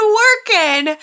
working